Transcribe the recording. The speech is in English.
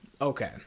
Okay